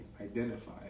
identify